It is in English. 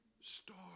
star